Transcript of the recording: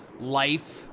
life